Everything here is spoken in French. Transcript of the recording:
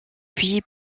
puis